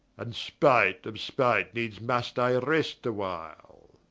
and spight of spight, needs must i rest a-while.